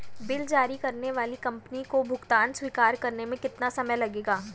Bill जारी करने वाली कंपनी को भुगतान स्वीकार करने में कितना समय लगेगा?